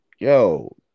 Yo